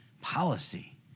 policy